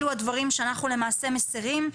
אלו הדברים שאנחנו למעשה מסירים.